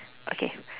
okay